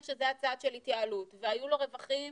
שזה היה צעד של התייעלות והיו לו רווחים